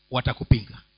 Watakupinga